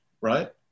right